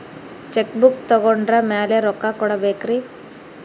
Check book ತೊಗೊಂಡ್ರ ಮ್ಯಾಲೆ ರೊಕ್ಕ ಕೊಡಬೇಕರಿ?